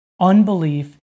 unbelief